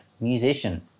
musician